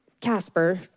Casper